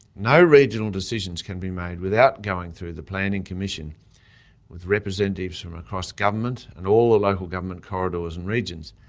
no regional decisions can be made without going through the planning commission with representatives from across government and all the local government corridors and regions.